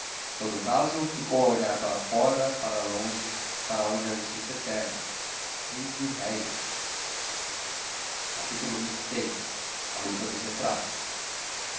todo caso ficou a olhar para fora para longe para onde há justiça eterna três mil-réis xxvi a luta dos retratos